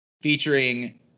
featuring